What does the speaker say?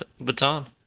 baton